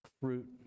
fruit